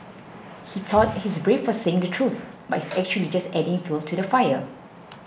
he thought he's brave for saying the truth but he's actually just adding fuel to the fire